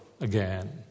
again